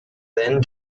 then